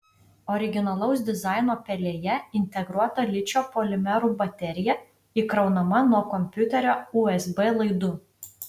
originalaus dizaino pelėje integruota ličio polimerų baterija įkraunama nuo kompiuterio usb laidu